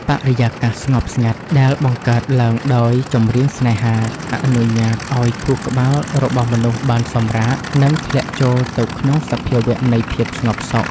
បរិយាកាសស្ងប់ស្ងាត់ដែលបង្កើតឡើងដោយ ចម្រៀងស្នេហា អនុញ្ញាតឱ្យខួរក្បាលរបស់មនុស្សបានសម្រាក និងធ្លាក់ចូលទៅក្នុងសភាវៈនៃភាពស្ងប់សុខ